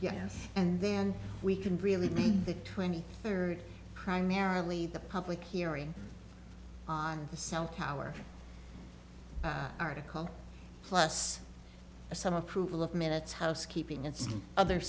yes and then we can really be the twenty third primarily the public hearing on the south tower article plus some approval of minutes housekeeping and some other